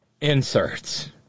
inserts